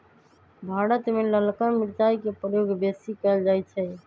भारत में ललका मिरचाई के प्रयोग बेशी कएल जाइ छइ